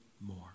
more